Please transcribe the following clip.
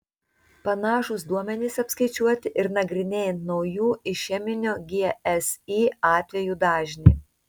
panašūs duomenys apskaičiuoti ir nagrinėjant naujų išeminio gsi atvejų dažnį